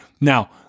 Now